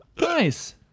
Nice